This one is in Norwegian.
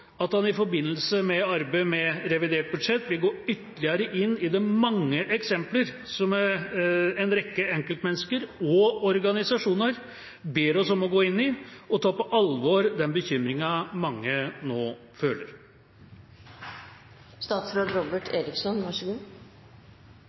at han i forbindelse med arbeidet med revidert budsjett vil gå ytterligere inn i de mange eksempler som en rekke enkeltmennesker og organisasjoner ber oss om å gå inn i, og ta på alvor den bekymringen mange nå